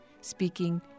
speaking